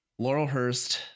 Laurelhurst